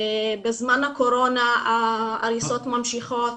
בזמן הקורונה ההריסות ממשיכות